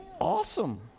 Awesome